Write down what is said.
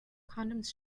condoms